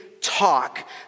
talk